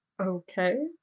Okay